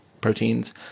proteins